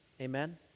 Amen